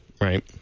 right